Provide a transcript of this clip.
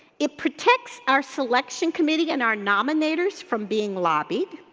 it protects our selection committee and our nominators from being lobbied,